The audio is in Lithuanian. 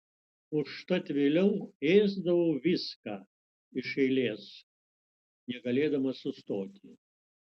užtat vėliau ėsdavau viską iš eilės negalėdama sustoti